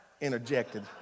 interjected